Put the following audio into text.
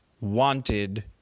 wanted